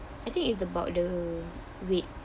I think it's about the weight